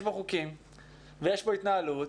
יש בו חוקים ויש בו התנהלות.